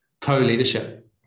co-leadership